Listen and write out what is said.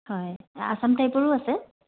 হয় আচাম টাইপৰো আছে